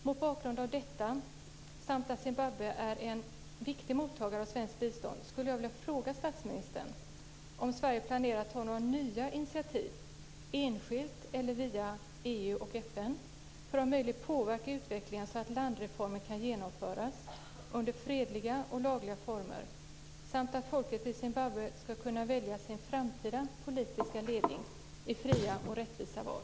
Mot bakgrund av detta samt att Zimbabwe är en viktig mottagare av svenskt bistånd skulle jag vilja fråga statsministern om Sverige planerar att ta några nya initiativ, enskilt eller via EU och FN, för att om möjligt påverka utvecklingen så att landreformen kan genomföras under fredliga och lagliga former samt att folket i Zimbabwe ska kunna välja sin framtida politiska ledning i fria och rättvisa val.